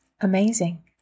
amazing